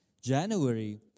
January